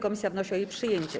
Komisja wnosi o jej przyjęcie.